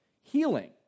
healing